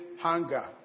hunger